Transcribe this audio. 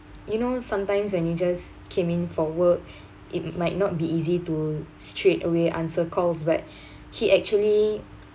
you know sometimes when you just came in for work it might not be easy to straight away answer calls but he actually